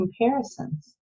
comparisons